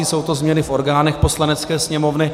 Jsou to změny v orgánech Poslanecké sněmovny.